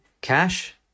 Cash